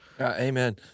Amen